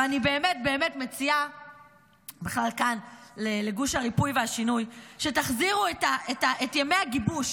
ואני באמת באמת מציעה כאן לגוש הריפוי והשינוי שתחזירו את ימי הגיבוש